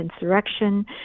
insurrection